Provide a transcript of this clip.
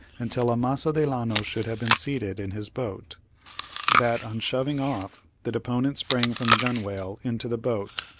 until amasa delano should have been seated in his boat that on shoving off, the deponent sprang from the gunwale into the boat,